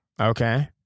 Okay